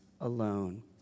alone